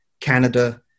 Canada